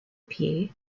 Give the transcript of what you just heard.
pied